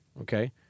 Okay